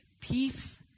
Peace